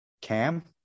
Cam